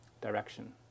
direction